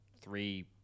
three